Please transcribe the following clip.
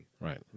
right